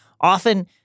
Often